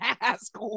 ask